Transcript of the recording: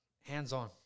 hands-on